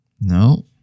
No